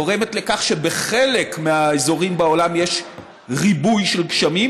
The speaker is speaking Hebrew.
גורמת לכך שבחלק מהאזורים בעולם יש ריבוי של גשמים,